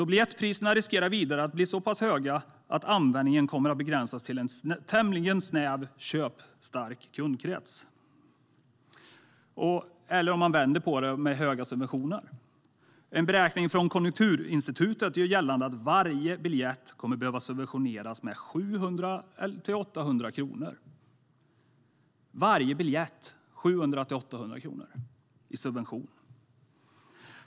Vidare riskerar biljettpriserna att bli så höga att användningen kommer att begränsas till en tämligen snäv köpstark kundkrets eller - om man vänder på det - kräva höga subventioner. En beräkning från Konjunkturinstitutet gör gällande att varje biljett kommer att behöva subventioneras med 700-800 kronor.